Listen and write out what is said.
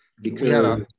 Because-